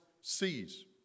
sees